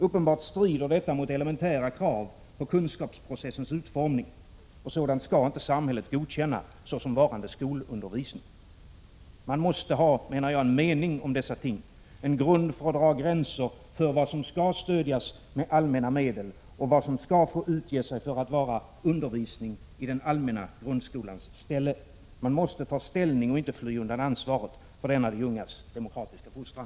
Uppenbart strider detta mot elementära krav på kunskapsprocessens utformning, och sådant skall inte samhället godkänna såsom varande skolundervisning. Man måste ha en mening om dessa ting, en grund för att dra gränser för vad som skall stödjas med allmänna medel, vad som skall få utge sig för att vara undervisning i den allmänna grundskolans ställe. Man måste ta ställning och inte fly undan ansvaret för denna de ungas demokratiska fostran.